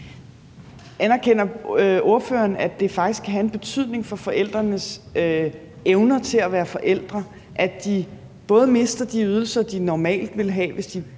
Anerkender ordføreren, at det faktisk kan have en betydning for forældrenes evner til at være forældre, at de både mister de ydelser, de normalt ville have, hvis